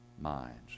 minds